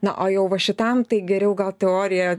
na o jau va šitam tai geriau gal teorija